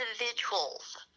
individuals